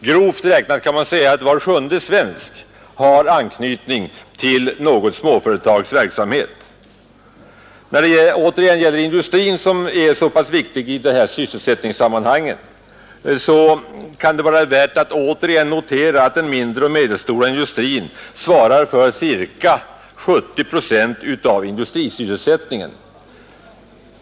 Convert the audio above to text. Grovt räknat kan man säga att var sjunde svensk har anknytning till något småföretags verksamhet. När det återigen gäller industrin, som är så betydelsefull i sysselsättningssammanhanget, kan det vara värt att notera att den mindre och medelstora industrin svarar för ca 70 procent av industrisysselsättningen.